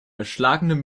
erschlagenen